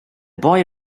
boy